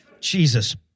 Jesus